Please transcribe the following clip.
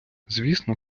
звісно